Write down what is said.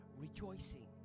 rejoicing